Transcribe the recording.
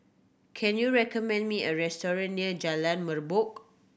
can you recommend me a restaurant near Jalan Merbok